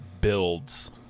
builds –